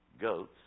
goats